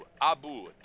Abu